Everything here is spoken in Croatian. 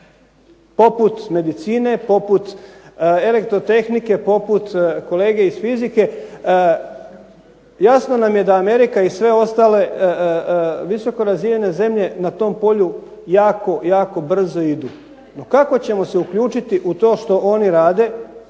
poput medicine, poput elektrotehnike, poput kolege iz fizike. Jasno nam je da Amerika i sve ostale visoko razvijene zemlje na tom polju jako, jako brzo idu. No kako ćemo se uključiti u to što oni rade?